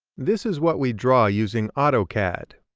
this is what we draw using autocad.